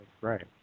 Right